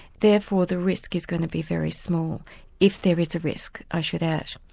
therefore the risk is going to be very small if there is a risk, i should add.